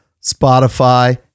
spotify